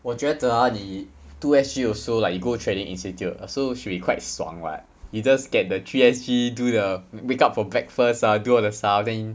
我觉得 ah 你 two S_G also like you go training institute also should be quite 爽 [what] you just get the three S_G do the wake up for breakfast ah do all the stuff then